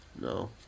No